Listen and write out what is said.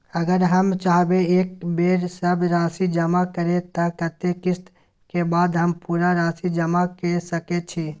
अगर हम चाहबे एक बेर सब राशि जमा करे त कत्ते किस्त के बाद हम पूरा राशि जमा के सके छि?